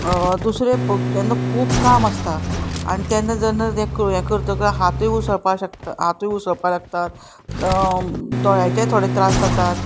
दुसरें जेन्ना खूब काम आसता आनी तेन्ना जेन्ना हें हें करतकच हातूय उसळपा शकता हातूय उसळपा लागतात दोळ्याचे थोडे त्रास जातात